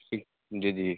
ठीक जी जी जी